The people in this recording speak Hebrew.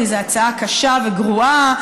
כי זאת הצעה קשה וגרועה,